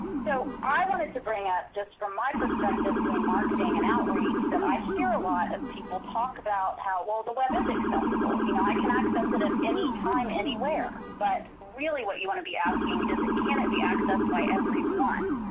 so i wanted to bring up just from my perspective doing marketing and outreach, that i hear a lot of people talk about how the web is accessible. you know i can access it at anytime, anywhere. but really what you want to be asking is can it be accessed by everyone.